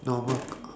normal